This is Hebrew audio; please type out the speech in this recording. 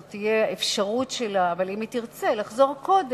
זו תהיה האפשרות שלה, וכן אם היא תרצה לחזור קודם.